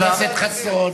חבר הכנסת חסון,